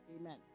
Amen